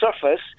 surface